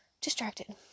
Distracted